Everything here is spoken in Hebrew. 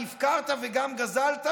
הפקרת וגם גזלת",